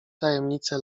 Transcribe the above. tajemnice